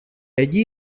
allí